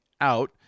out